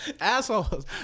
Assholes